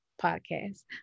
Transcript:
podcast